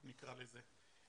נקרא לזה.